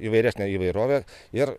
įvairesnę įvairovę ir